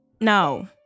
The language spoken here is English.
No